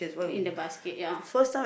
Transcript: in the basket ya